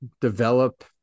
develop